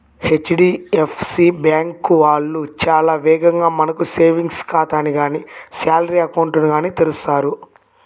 HDFC bank వాళ్ళు చాలా వేగంగా మనకు సేవింగ్స్ ఖాతాని గానీ శాలరీ అకౌంట్ ని గానీ తెరుస్తారు